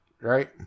right